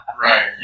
Right